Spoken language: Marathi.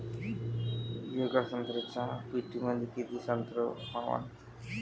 येका संत्र्याच्या पेटीमंदी किती संत्र मावन?